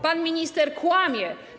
Pan minister kłamie.